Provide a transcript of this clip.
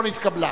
לא נתקבלה.